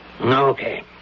Okay